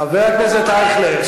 חבר הכנסת אייכלר,